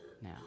now